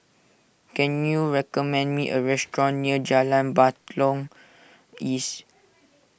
can you recommend me a restaurant near Jalan Batalong East